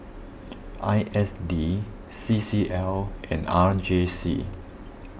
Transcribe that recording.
I S D C C L and R J C